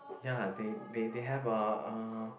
ya they they they have a uh